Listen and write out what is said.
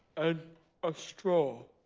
and a straw.